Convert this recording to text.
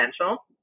potential